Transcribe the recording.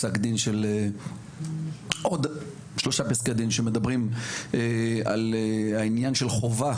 פסק דין של עוד שלושה פסקי דין שמדברים על העניין של חובה